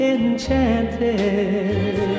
enchanted